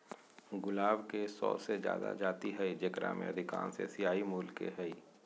गुलाब के सो से जादा जाति हइ जेकरा में अधिकांश एशियाई मूल के हइ